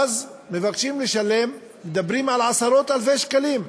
ואז מבקשים לשלם, מדברים על עשרות-אלפי שקלים.